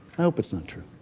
hypocenter